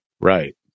right